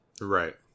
Right